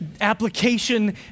Application